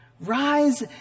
Rise